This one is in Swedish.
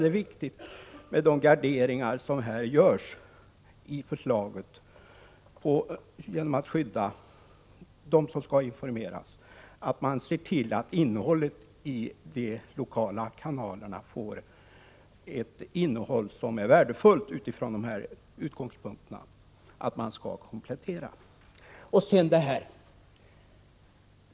Det är viktigt med de garderingar som görs i förslaget, för att se till att de lokala kanalerna får ett innehåll som är värdefullt utifrån utgångspunkten att de lokala programmen skall komplettera det övriga utbudet.